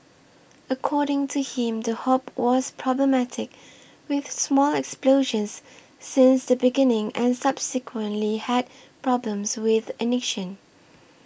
according to him the hob was problematic with small explosions since the beginning and subsequently had problems with the ignition